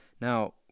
Now